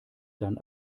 dann